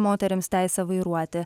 moterims teisę vairuoti